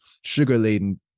sugar-laden